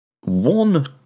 one